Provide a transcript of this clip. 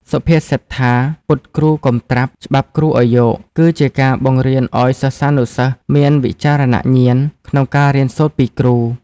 សុភាសិតថា «ពុតគ្រូកុំត្រាប់ ច្បាប់គ្រូឱ្យយក» គឺជាការបង្រៀនឱ្យសិស្សានុសិស្សមានវិចារណញ្ញាណក្នុងការរៀនសូត្រពីគ្រូ។